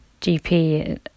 GP